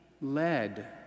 led